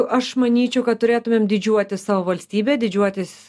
aš manyčiau kad turėtumėm didžiuotis savo valstybe didžiuotis